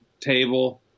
table